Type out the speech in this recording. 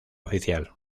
oficial